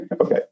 Okay